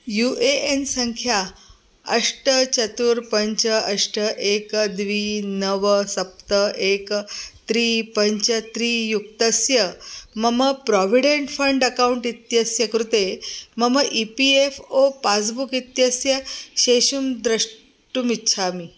you A N सङ्ख्या अष्ट चत्वारि पञ्च अष्ट एकं द्वे नव सप्त एकं त्रीनि पञ्च त्रीणि युक्तस्य मम प्रोविडेण्ट् फ़ण्ड् अकौण्ट् इत्यस्य कृते मम E P F O passbook इत्यस्य शेषुं द्रष्टुमिच्छामि